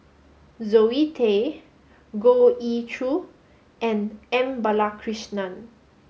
Zoe Tay Goh Ee Choo and M Balakrishnan